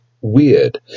weird